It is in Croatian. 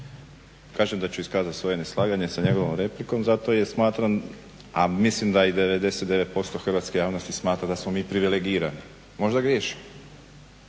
kažem da ću iskazati svoje neslaganje s njegovom replikom zato jer smatram a i mislim da 99% hrvatske javnosti smatra da smo mi privilegirani. Možda griješim